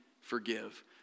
forgive